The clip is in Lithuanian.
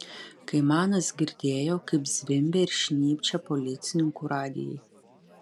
kaimanas girdėjo kaip zvimbia ir šnypščia policininkų radijai